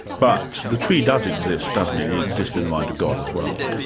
but the tree does exist, doesn't it? it exists in the mind of god as well.